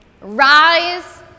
rise